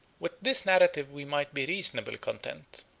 with this narrative we might be reasonably content,